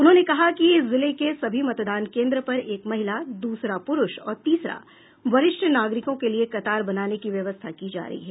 उन्होंने कहा कि जिले के सभी मतदान केन्द्र पर एक महिला दूसरा पुरूष और तीसरा वरिष्ठ नागरिकों के लिए कतार बनाने की व्यवस्था की जा रही है